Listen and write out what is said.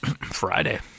Friday